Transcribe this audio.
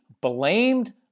blamed